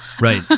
Right